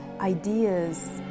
ideas